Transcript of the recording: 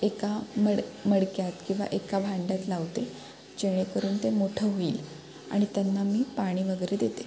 एका मड मडक्यात किंवा एका भांड्यात लावते जेणेकरून ते मोठं होईल आणि त्यांना मी पाणी वगैरे देते